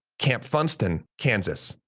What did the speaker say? camp funston, kansas.